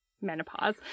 menopause